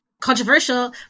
controversial